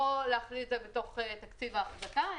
לא להכניס את זה בתוך תקציב האחזקה,